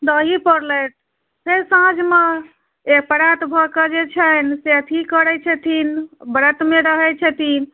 दही पौरलथि फेर साँझमे परात भऽ कऽ जे छनि से अथी करैत छथिन व्रतमे रहैत छथिन